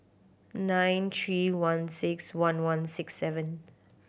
nine three one six one one six seven